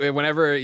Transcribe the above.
Whenever